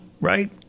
Right